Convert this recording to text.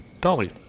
Dolly